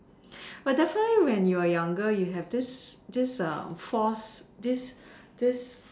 but definitely when you are younger you have this this force this this